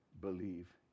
believe